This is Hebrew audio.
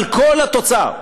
אבל כל התוצר,